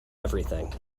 everything